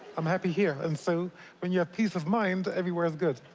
i'm happy here, and so when you have peace of mind everywhere is good.